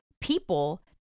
people